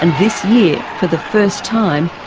and this year, for the first time,